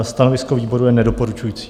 Stanovisko výboru je nedoporučující.